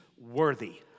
worthy